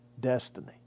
destiny